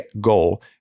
goal